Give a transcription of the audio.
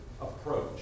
approach